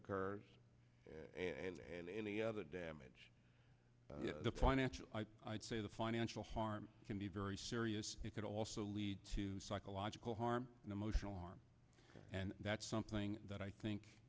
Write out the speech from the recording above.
occurs and any other damage to the financial i'd say the financial harm can be very serious it could also lead to psychological harm and emotional harm and that's something that i think